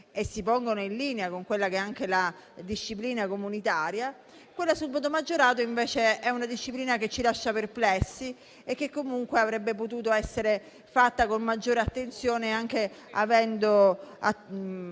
e si pongono in linea con la disciplina comunitaria, quella sul voto maggiorato invece è una disciplina che ci lascia perplessi e che comunque avrebbe potuto essere pensata con maggiore attenzione anche tenendo